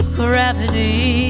gravity